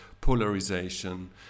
polarization